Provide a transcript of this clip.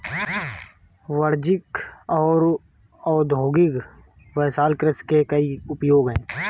वाणिज्यिक और औद्योगिक शैवाल कृषि के कई उपयोग हैं